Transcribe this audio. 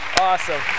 Awesome